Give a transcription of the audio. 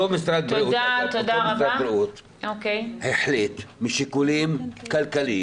אותו משרד בריאות, אגב, החליט משיקולים כלכליים